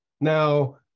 Now